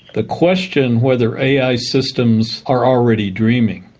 the question whether ai systems are already dreaming.